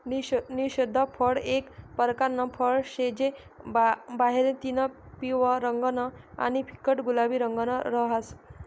निषिद्ध फळ एक परकारनं फळ शे जे बाहेरतीन पिवयं रंगनं आणि फिक्कट गुलाबी रंगनं रहास